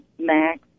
max